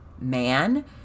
man